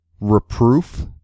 reproof